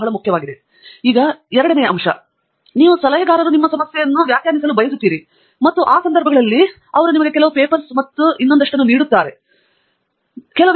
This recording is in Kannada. ಮತ್ತು ಎರಡನೆಯದಾಗಿ ಕೆಲವು ಸಲಹೆಗಾರರು ನೀವು ಸಮಸ್ಯೆಯನ್ನು ವ್ಯಾಖ್ಯಾನಿಸಲು ಬಯಸುತ್ತಾರೆ ಮತ್ತು ಆ ಸಂದರ್ಭಗಳಲ್ಲಿ ಅವರು ನಿಮಗೆ ಕೆಲವು ಪೇಪರ್ಸ್ ಮತ್ತು ಇನ್ನೊಂದನ್ನು ನೀಡುತ್ತದೆ ಎಂದು ಆಂಡ್ರ್ಯೂ ಗಮನಸೆಳೆದಿದ್ದಾನೆ ಎಂದು ನಾನು ಎರಡನೆಯದಾಗಿ ಭಾವಿಸುತ್ತೇನೆ